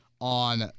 on